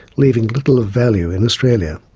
leaving little of value in australia.